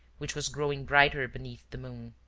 which was growing brighter beneath the moon.